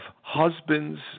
husbands